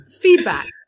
feedback